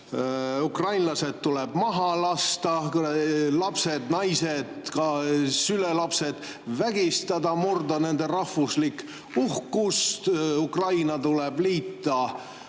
ukrainlased tuleb maha lasta, lapsed, naised, ka sülelapsed vägistada, murda nende rahvuslik uhkus, Ukraina tuleb liita